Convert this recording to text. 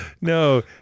no